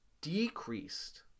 decreased